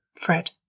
Fred